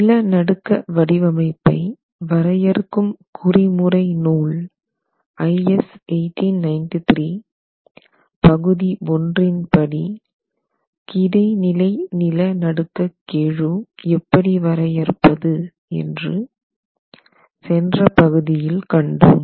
நிலநடுக்க வடிவமைப்பை வரையறுக்கும் குறிமுறை நூல் IS 1893 பகுதி ஒன்றின் படி கிடைநிலை நிலநடுக்க கெழு எப்படி வரையறுப்பது என்று சென்று பகுதியில் கண்டோம்